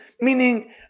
meaning